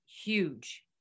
huge